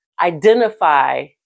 identify